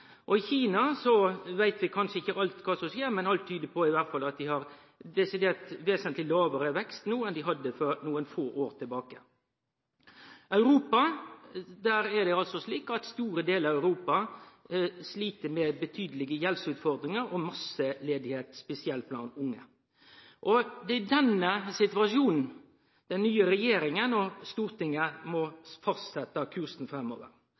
og i Kina veit vi kanskje ikkje alt som skjer, men alt tyder i alle fall på at dei har vesentleg lågare vekst no enn dei hadde for nokre få år sidan. Store delar av Europa slit med betydelege gjeldsutfordringar og masseledigheit – spesielt blant unge. Det er i denne situasjonen den nye regjeringa og Stortinget må fastsetje kursen framover.